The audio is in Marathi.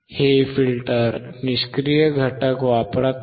हे फिल्टर निष्क्रिय घटक वापरत आहे